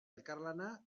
elkarlana